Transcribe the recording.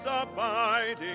abiding